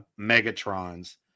Megatron's